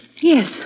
Yes